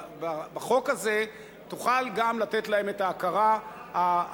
בחוק הזה תוכל גם לתת להם את ההכרה הנדרשת.